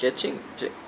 catching jack